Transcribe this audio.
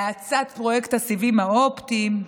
להאצת פרויקט הסיבים האופטיים,